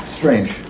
strange